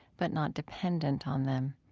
but not dependent on them.